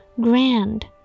Grand